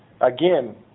again